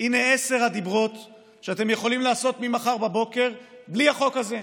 הינה עשרת הדיברות שאתם יכולים לעשות ממחר בבוקר בלי החוק הזה.